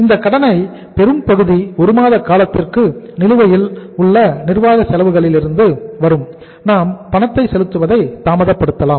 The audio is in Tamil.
இந்த கடனை பெரும்பகுதி 1 மாத காலத்திற்கு நிலுவையிலுள்ள நிர்வாக செலவுகளிலிருந்து வரும் நாம் பணம் செலுத்துவதை தாமதப்படுத்தலாம்